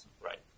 Right